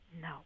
No